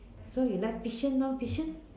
so you like fiction orh fiction